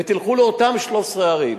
ותלכו לאותן 13 ערים,